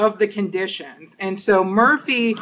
of the condition and so murphy